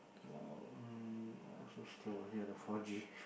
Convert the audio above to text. !wow! mm !wow! so slow ah here the four G